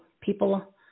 people